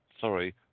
sorry